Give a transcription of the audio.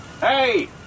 Hey